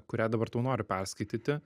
kurią dabar tau noriu perskaityti